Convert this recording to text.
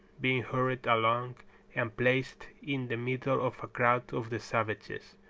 being hurried along and placed in the middle of a crowd of the savages,